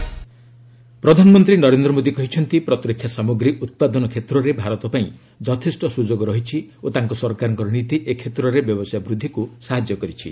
defence expo ପ୍ରଧାନମନ୍ତ୍ରୀ ନରେନ୍ଦ୍ର ମୋଦୀ କହିଛନ୍ତି ପ୍ରତିରକ୍ଷା ସାମଗ୍ରୀ ଉତ୍ପାଦନ କ୍ଷେତ୍ରରେ ଭାରତ ପାଇଁ ଯଥେଷ୍ଟ ସୁଯୋଗ ରହିଛି ଓ ତାଙ୍କ ସରକାରଙ୍କ ନୀତି ଏ କ୍ଷେତ୍ରରେ ବ୍ୟବସାୟ ବୃଦ୍ଧିକୁ ସାହାଯ୍ୟ କରିଛି